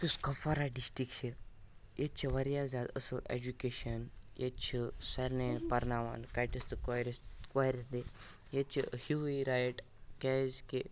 یُس کُپوارہ ڈِسٹِرٛک چھِ ییٚتہِ چھِ واریاہ زیادٕ أصٕل ایٚجوکیشَن ییٚتہِ چھِ سارنِیَن پَرناوان کَٹِس تہٕ کورِس کورِ تہِ ییٚتہِ چھِ ہیٚوٕے رایِٹ کیٛازِکہِ